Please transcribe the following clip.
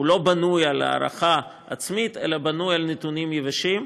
הוא לא בנוי על הערכה עצמית אלא בנוי על נתונים יבשים,